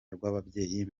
rw’ababyeyi